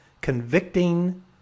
convicting